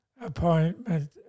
appointment